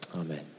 Amen